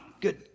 Good